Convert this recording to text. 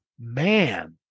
man